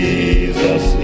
Jesus